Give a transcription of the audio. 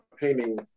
painting